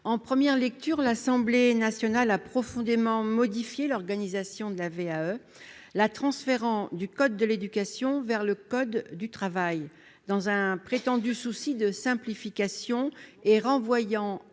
En première lecture, l'Assemblée nationale a profondément modifié l'organisation de la VAE, la transférant du code de l'éducation vers le code du travail dans un prétendu souci de simplification, renvoyant